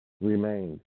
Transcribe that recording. remained